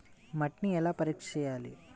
మట్టిని ఎలా పరీక్ష చేయాలి?